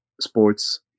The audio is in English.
Sports